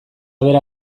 bera